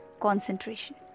concentration